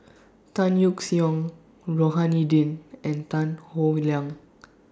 Tan Yeok Seong Rohani Din and Tan Howe Liang